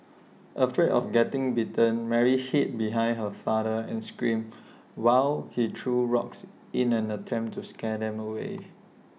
afraid of getting bitten Mary hid behind her father and screamed while he threw rocks in an attempt to scare them away